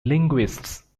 linguists